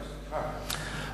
סליחה.